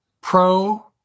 pro